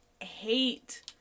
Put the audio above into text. hate